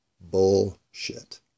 Bullshit